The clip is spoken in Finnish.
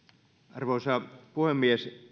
arvoisa puhemies